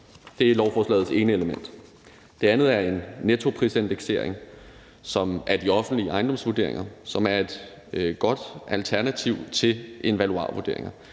Det er lovforslagets ene element. Det andet er en nettoprisindeksering, som er de offentlige ejendomsvurderinger, som er et godt alternativ til en valuarvurdering.